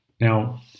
Now